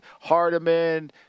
Hardiman